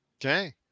okay